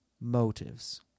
motives